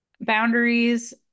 boundaries